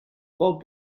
bob